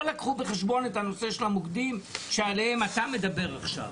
לקחו בחשבון את הנושא של המוקדים שעליהם אתה מדבר עכשיו.